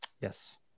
Yes